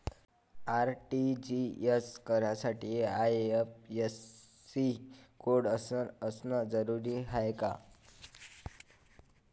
RTGS करासाठी IFSC code असनं जरुरीच हाय का?